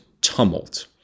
tumult